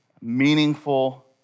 meaningful